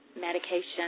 medication